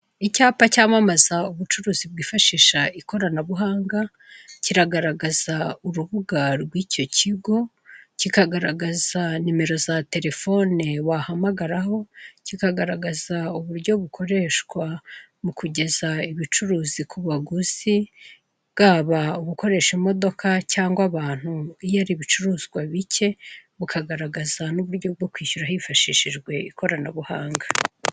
Icyapa cyamamaza ubucuruzi bwifashisha ikoranabuhanga, kiragaragaza urubuga rw'icyo kigo kikagaragaza nimero za telefone wahamagararaho, kikagaragaza uburyo bukoreshwa mu kugeza ubucuruzi ku baguzi, bwaba ubukoresha imodoka cyangwa abantu iyo ari ibicuruzwa bike, bukagaragaza n'uburyo bwo kwishyura hifashishijwe ikoranabuhanga.